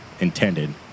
intended